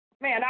Man